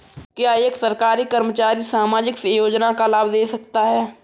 क्या एक सरकारी कर्मचारी सामाजिक योजना का लाभ ले सकता है?